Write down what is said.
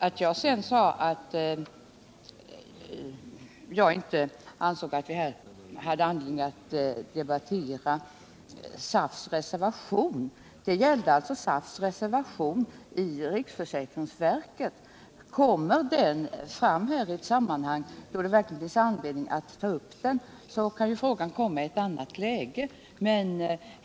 När jag sedan sade att jag inte ansåg att vi här hade anledning att debattera SAF:s reservation, så gällde det alltså SAF:s reservation i riksförsäkringsverket. Kommer den fram här i ett sammanhang då det verkligen finns anledning att ta upp den, så kan ju frågan komma i ett annat läge.